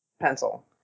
pencil